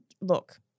look